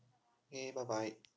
okay bye bye